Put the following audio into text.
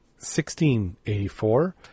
1684